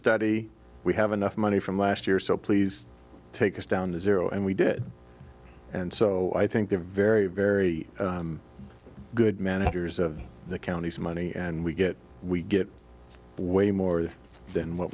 study we have enough money from last year so please take us down to zero and we did and so i think they're very very good managers of the county's money and we get we get way more than what